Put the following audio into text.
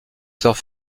sœurs